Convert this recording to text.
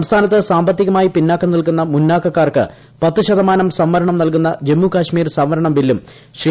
സംസ്ഥാനത്ത് സാമ്പത്തികമായി പിന്നാക്ക്ക് ന്റിൽക്കുന്ന മുന്നാക്കക്കാർക്ക് പത്ത് ശതമാനം സംവരണം ന്റൽകുന്ന ജമ്മു കാശ്മീർ സംവരണ ബില്ലും ശ്രീ